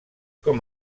com